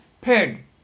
Pig